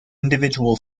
individual